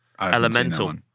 Elemental